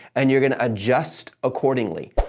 and you're going to adjust accordingly.